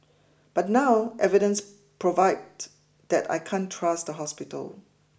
but now evidence provide that I can't trust the hospital